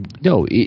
no